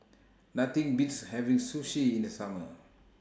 Nothing Beats having Sushi in The Summer